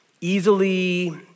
easily